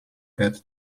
cat